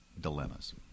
dilemmas